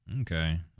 Okay